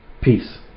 Peace